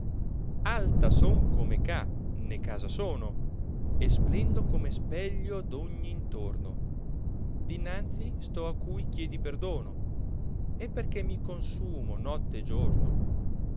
alta son come ca né casa sono e splendo come speglio d ogn intorno dinanzi sto a cui chiedi perdono e perchè mi consumo notte e giorno